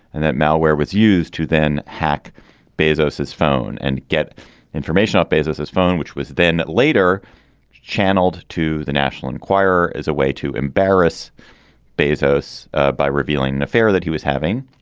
and that malware was used to then hack bezos's phone and get information out baz's his phone, which was then later channeled to the national enquirer as a way to embarrass bezos ah by revealing an affair that he was having.